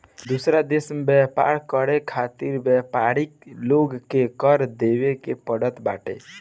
दूसरा देस में व्यापार करे खातिर व्यापरिन लोग के कर देवे के पड़त बाटे